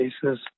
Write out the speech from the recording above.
cases